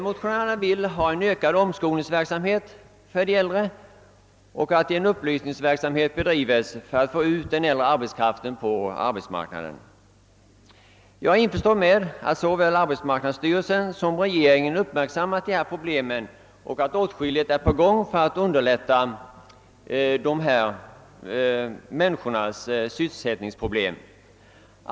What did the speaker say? Motionärerna vill ha ökad omskolningsverksamhet och upplysningsverksamhet för att få ut den äldre arbetskraften på arbetsmarknaden. Jag är införstådd med att såväl arbetsmarknadsstyrelsen som regeringen uppmärksammat de här problemen och att åtskilligt är på gång för att underlätta äldre människors möjligheter att få sysselsättning.